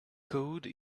code